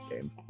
game